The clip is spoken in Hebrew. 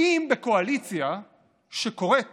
האם בקואליציה שקוראת